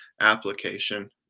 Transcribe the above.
application